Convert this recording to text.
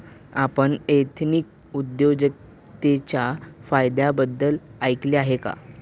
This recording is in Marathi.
आपण एथनिक उद्योजकतेच्या फायद्यांबद्दल ऐकले आहे का?